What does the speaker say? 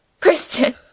Christian